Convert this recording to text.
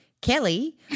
Kelly –